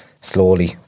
slowly